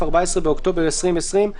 14 באוקטובר 2020,